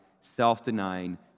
self-denying